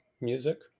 music